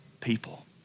people